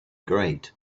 grate